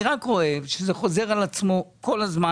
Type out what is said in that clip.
רק רואה שזה חוזר על עצמו כל הזמן,